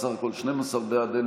בסך הכול 12 בעד,